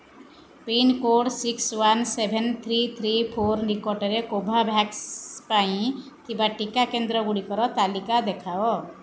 pincode six one seven three three four ନିକଟରେ କୋଭଭ୍ୟାକ୍ସ ପାଇଁ ଥିବା ଟିକା କେନ୍ଦ୍ରଗୁଡ଼ିକର ତାଲିକା ଦେଖାଅ